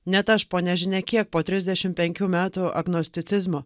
net aš po nežinia kiek po trisdešim penkių metų agnosticizmo